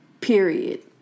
period